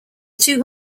two